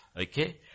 Okay